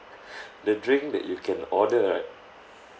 the drink that you can order right